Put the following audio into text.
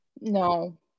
no